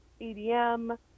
EDM